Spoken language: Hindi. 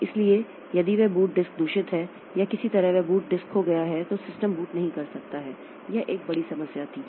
इसलिए यदि वह बूट डिस्क दूषित है या किसी तरह वह बूट डिस्क खो गया है तो सिस्टम बूट नहीं कर सकता है यह एक बड़ी समस्या थी